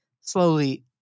slowly